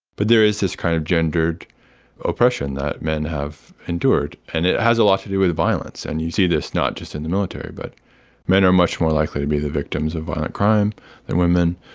but there is this kind of gendered oppression that men have endured, and it has a lot to do with violence. and you see this not just in the military, but men are much more likely to be the victims of violent crime than women.